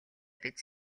биз